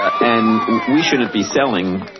and we shouldn't be selling